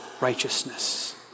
righteousness